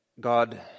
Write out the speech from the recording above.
God